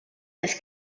this